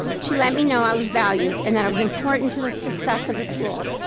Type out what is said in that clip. she let me know i was valued and that i was important to the success of the school.